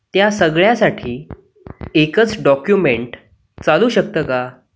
त्या सगळ्यासाठी एकच डॉक्युमेंट चालू शकतं का